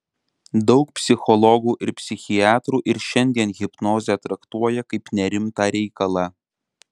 daug psichologų ir psichiatrų ir šiandien hipnozę traktuoja kaip nerimtą reikalą